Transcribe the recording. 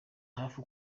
hafi